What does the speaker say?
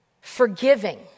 forgiving